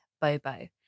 Bobo